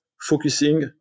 focusing